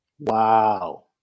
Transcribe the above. Wow